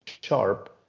sharp